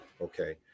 Okay